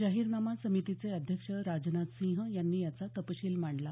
जाहिरनामा समितीचे अध्यक्ष राजनाथ सिंह यांनी याचा तपशील मांडला